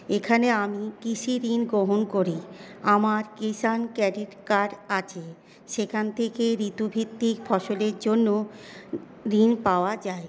এখানে আমি কৃষি ঋণ গ্রহণ করি আমার কিষাণ ক্রেডিট কার্ড আছে সেখান থেকে ঋতুভিত্তিক ফসলের জন্য ঋণ পাওয়া যায়